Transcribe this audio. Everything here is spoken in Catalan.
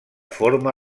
forma